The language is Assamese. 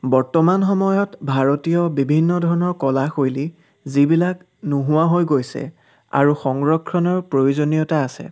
বৰ্তমান সময়ত ভাৰতীয় বিভিন্ন ধৰণৰ কলা শৈলী যিবিলাক নোহোৱা হৈ গৈছে আৰু সংৰক্ষণৰ প্ৰয়োজনীয়তা আছে